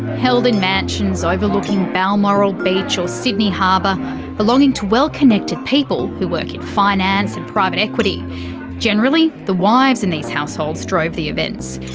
held in mansions overlooking balmoral beach or sydney harbour belonging to well-connected people, who work in finance and private equity generally the wives in these households drove the events.